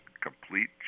complete